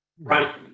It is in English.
Right